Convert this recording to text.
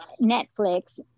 Netflix